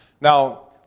Now